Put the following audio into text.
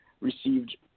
received